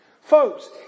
Folks